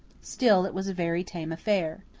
still, it was a very tame affair.